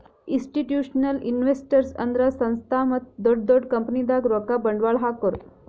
institutional investors ಅಂದ್ರ ಸಂಸ್ಥಾ ಮತ್ತ್ ದೊಡ್ಡ್ ದೊಡ್ಡ್ ಕಂಪನಿದಾಗ್ ರೊಕ್ಕ ಬಂಡ್ವಾಳ್ ಹಾಕೋರು